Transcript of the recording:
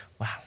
Wow